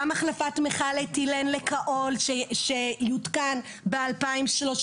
גם החלפת מכל אתילן לכהול שיותקן ב-2030,